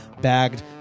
bagged